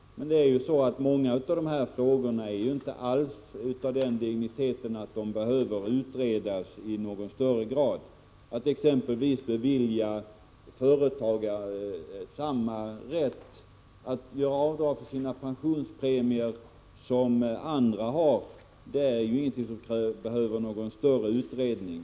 Men många av dessa frågor är inte alls av den digniteten att de behöver utredas i någon större grad. Exempelvis frågan om att bevilja företagare samma rätt att göra avdrag för sina pensionspremier som andra har behöver inte utredas i någon större omfattning.